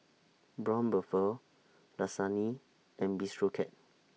Braun Buffel Dasani and Bistro Cat